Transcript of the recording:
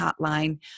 Hotline